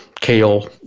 kale